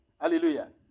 Hallelujah